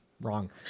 wrong